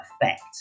effect